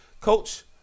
coach